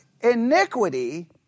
iniquity